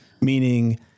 meaning